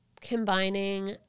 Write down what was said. combining